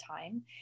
time